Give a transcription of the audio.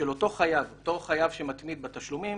שאותו חייב שמתמיד בתשלומים,